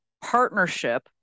partnership